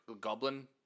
goblin